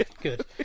good